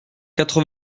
quatre